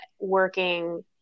working